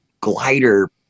glider